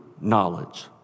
knowledge